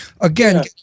Again